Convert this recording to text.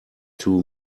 two